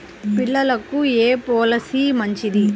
పిల్లలకు ఏ పొలసీ మంచిది?